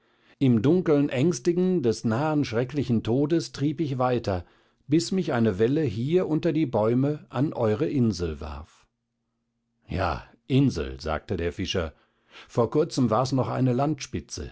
im dunkeln ängstigen des nahen schrecklichen todes trieb ich weiter bis mich eine welle hier unter die bäume an eure insel warf ja insel sagte der fischer vor kurzem war's noch eine